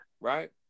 Right